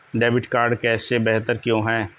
Debit card cash से बेहतर क्यों है?